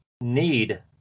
need